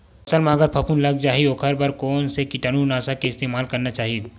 फसल म अगर फफूंद लग जा ही ओखर बर कोन से कीटानु नाशक के इस्तेमाल करना चाहि?